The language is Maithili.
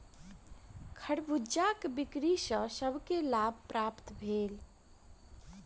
खरबूजा बिक्री सॅ सभ के लाभ प्राप्त भेल